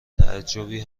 تعجبی